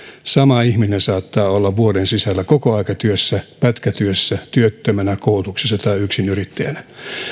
sama ihminen saattaa olla vuoden sisällä kokoaikatyössä pätkätyössä työttömänä koulutuksessa tai yksinyrittäjänä